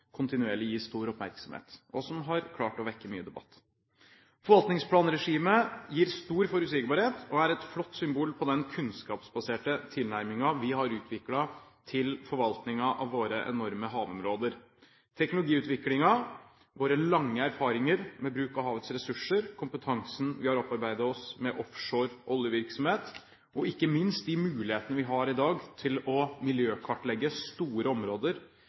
kontinuerlig gis stor oppmerksomhet, og som har klart å vekke mye debatt. Forvaltningsplanregimet gir stor forutsigbarhet og er et flott symbol på den kunnskapsbaserte tilnærmingen vi har utviklet til forvaltningen av våre enorme havområder. Teknologutviklingen, vår lange erfaring med bruk av havets ressurser, kompetansen vi har opparbeidet oss med offshore oljevirksomhet, og ikke minst de mulighetene vi har i dag til å miljøkartlegge store områder